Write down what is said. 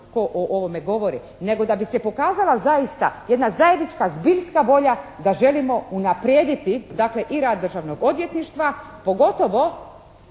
tko o ovome govori nego da bi se pokazala zaista jedna zajednička, zbiljska volja da želimo unaprijediti, dakle, i rad Državnog odvjetništva pogotovo,